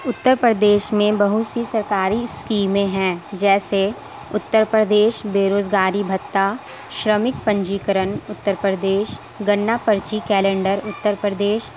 اترپردیش میں بہت سی سرکاری اسکیمیں ہیں جیسے اترپردیش بے روزگاری بتا شرمک پنجیکرن اترپردیش گنا پرچی کیلینڈر اترپردیش